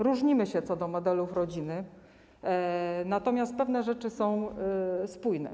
Różnimy się co do modelów rodziny, natomiast pewne rzeczy są spójne.